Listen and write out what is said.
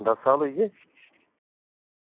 दस्स साल होई गे